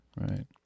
right